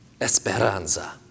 Esperanza